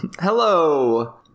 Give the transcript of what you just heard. Hello